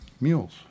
Mules